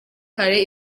kare